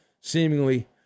seemingly